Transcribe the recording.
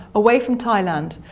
away from thailand.